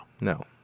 No